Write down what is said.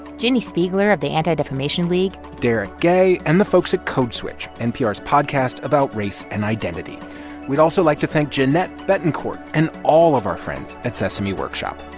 jinnie spiegler of the anti-defamation league derrick gay and the folks at code switch, npr's podcast about race and identity we'd also like to thank jeanette betancourt and all of our friends at sesame workshop